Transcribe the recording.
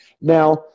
Now